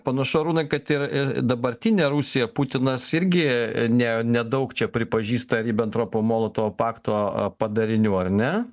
panašu arūnai kad ir dabartinė rusija putinas irgi ne nedaug čia pripažįsta ribentropo molotovo pakto padarinių ar ne